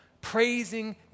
praising